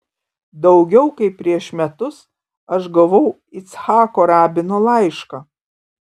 daugiau kaip prieš metus aš gavau icchako rabino laišką